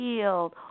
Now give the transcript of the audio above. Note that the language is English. healed